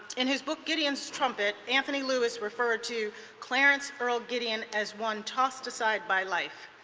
in his book gideon's trumpet, anthony lewis referred to clarence earl gideon as one tossed aside by life.